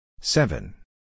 Seven